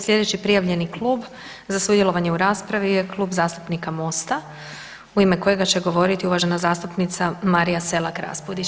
Sljedeći prijavljeni Klub za sudjelovanje u raspravi je Klub zastupnika Mosta, u ime kojega će govoriti uvažena zastupnica Marija Selak Raspudić.